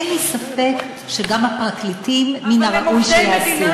אין לי ספק שגם לפרקליטים מן הראוי שיעשו.